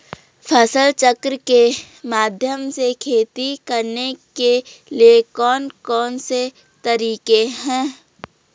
फसल चक्र के माध्यम से खेती करने के लिए कौन कौन से तरीके हैं?